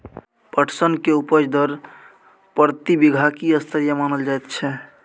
पटसन के उपज दर प्रति बीघा की स्तरीय मानल जायत छै?